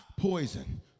Poison